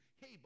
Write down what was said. Hey